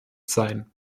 sein